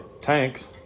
tank's